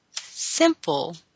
simple